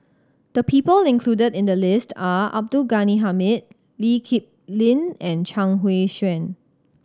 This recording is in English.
the people included in the list are Abdul Ghani Hamid Lee Kip Lin and Chuang Hui Tsuan